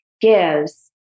gives